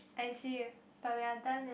I see but we are done eh